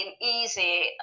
easy